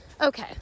okay